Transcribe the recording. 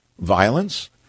Violence